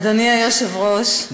אדוני היושב-ראש,